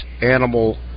animal